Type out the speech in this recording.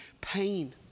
pain